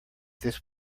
this